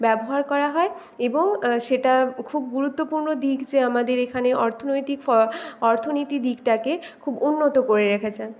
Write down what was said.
ব্যবহার করা হয় এবং সেটা খুব গুরুত্বপূর্ণ দিক যে আমাদের এখানে অর্থনৈতিক অর্থনীতি দিকটাকে খুব উন্নত করে রেখেছে